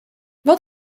wat